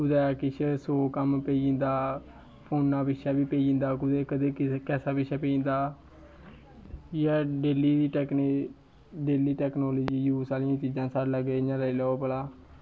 कुदै किश सौ कम्म पेई जंदा फोनै पिच्छें बी पेई जंदा कुदै किसे पैसे पिच्छें पेई जंदा एह् ऐ डेली दे टैकनीक डेली टैकनालजी यूज़ आह्लियां चीज़ां साढ़े लाग्गे इ'यां लाई लैओ भला